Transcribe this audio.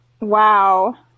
Wow